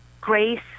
Grace